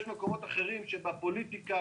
יש מקומות אחרים שזה אחרת.